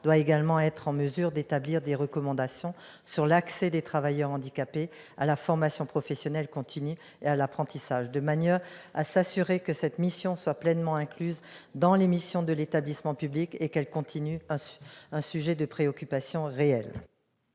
doit également être en mesure d'établir des recommandations sur l'accès des travailleurs handicapés à la formation professionnelle continue et à l'apprentissage, de manière à s'assurer que cette mission est pleinement incluse dans les missions de l'établissement public et qu'elle constitue ainsi un sujet de préoccupation réelle.